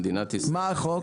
מה החוק?